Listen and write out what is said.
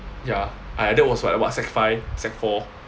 ya I that was what what sec five sec four